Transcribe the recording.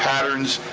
patterns,